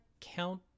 Count